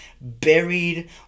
buried